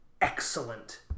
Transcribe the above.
excellent